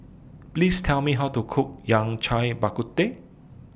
Please Tell Me How to Cook Yao Cai Bak Kut Teh